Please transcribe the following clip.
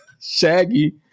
Shaggy